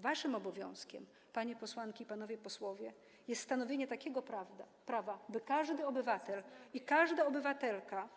Waszym obowiązkiem, panie posłanki i panowie posłowie, jest stanowienie takiego prawa, by każdy obywatel i każda obywatelka